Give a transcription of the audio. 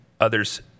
others